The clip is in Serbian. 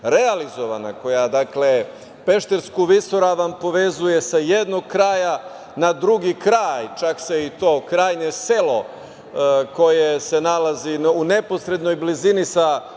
realizovana, koja Peštersku visoravan povezuje sa jednog kraja na drugi kraj, čak se i to krajnje selo koje se nalazi u neposrednoj blizini sa